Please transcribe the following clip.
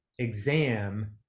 exam